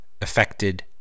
affected